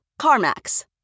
CarMax